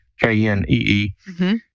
K-N-E-E